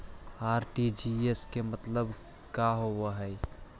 RTGS के मतलब का होव हई?